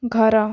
ଘର